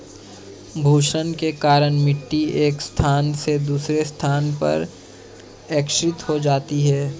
भूक्षरण के कारण मिटटी एक स्थान से दूसरे स्थान पर एकत्रित हो जाती है